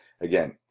again